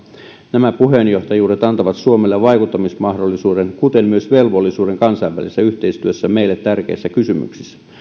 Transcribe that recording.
nämä puheenjohtajuudet antavat suomelle vaikuttamismahdollisuuden kuten myös velvollisuuden kansainvälisessä yhteistyössä meille tärkeissä kysymyksissä